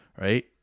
right